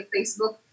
Facebook